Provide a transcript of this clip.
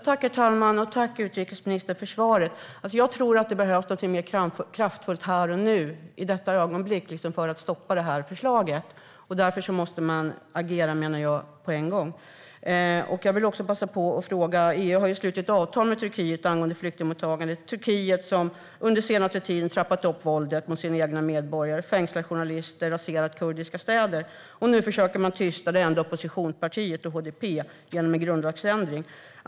Herr talman! Tack, utrikesministern, för svaret! Jag tror att det behövs någonting mer kraftfullt här och nu, i detta ögonblick, för att stoppa förslaget. Därför måste man, menar jag, agera på en gång. Jag vill passa på att fråga något. EU har slutit avtal med Turkiet angående flyktingmottagande. Turkiet har under den senaste tiden trappat upp våldet mot sina egna medborgare, fängslat journalister och raserat kurdiska städer. Nu försöker man tysta det enda oppositionspartiet, HDP, genom en grundlagsändring.